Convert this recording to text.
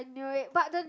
knew it but the